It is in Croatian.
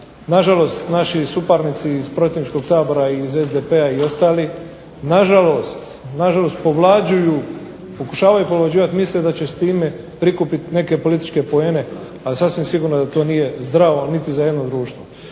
nažalost naši suparnici iz protivničkog tabora, iz SDP-a i ostalih nažalost, nažalost povlađuju, pokušavaju povlađivati, misle da će s time prikupiti neke političke poene, ali sasvim sigurno da to nije zdravo niti za jedno društvo.